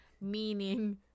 meaning